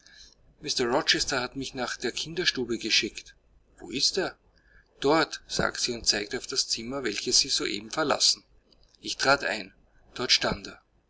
mr rochester hat mich nach der kinderstube geschickt wo ist er dort sagte sie und zeigte auf das zimmer welches sie soeben verlassen ich trat ein dort stand